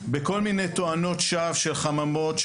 בכל מיני תואנות שווא של חממות,